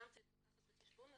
גם את זה צריך לקחת בחשבון,